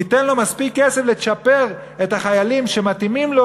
ייתן לו מספיק כסף לצ'פר את החיילים שמתאימים לו,